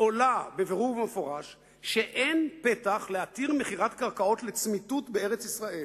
עולה בבירור ובמפורש שאין פתח להתיר מכירת קרקעות לצמיתות בארץ-ישראל,